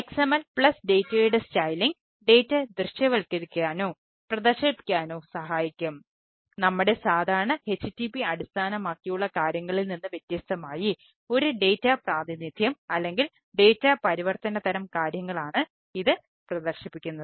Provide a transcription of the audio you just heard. XML plus പരിവർത്തന തരം കാര്യങ്ങളാണ് ഇത് പ്രദർശിപ്പിക്കുന്നത്